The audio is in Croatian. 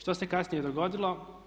Što se kasnije dogodilo?